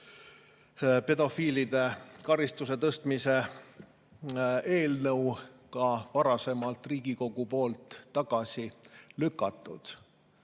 pedofiilide karistuse tõstmise eelnõu ka varasemalt Riigikogu poolt tagasi lükatud.